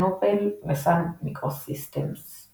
נובל וסאן מיקרוסיסטמס.